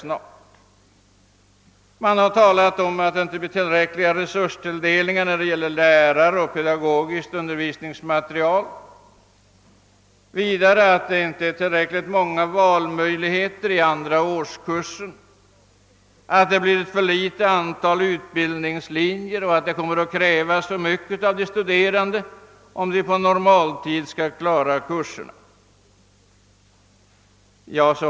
Man har vidare talat om att tilldelningen av resurser blir otillräcklig beträffande lärare och pedagogisk undervispingsmateriel och att det inte finns ett tillräckligt stort antal valmöjligheter i andra årskursen, att antalet utbildningslinjer blir för litet och att det kommer att krävas för mycket av de studerande för att klara kurserna på normal tid.